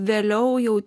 vėliau jau